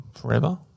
forever